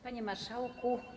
Panie Marszałku!